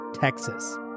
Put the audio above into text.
Texas